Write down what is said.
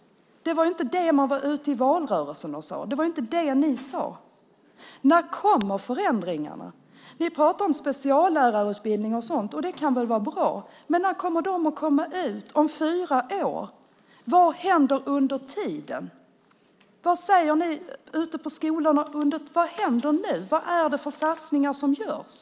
Det var inte det man var ute i valrörelsen och sade. Det var inte det ni sade. När kommer alltså förändringarna? Ni pratar om speciallärarutbildning och sådant, och det kan väl vara bra. Men när kommer de lärarna ut? Jo, de kommer ut om fyra år. Vad händer under tiden? Vad säger ni ute på skolorna? Vad händer nu? Vad är det för satsningar som görs?